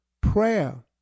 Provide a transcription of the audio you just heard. Prayer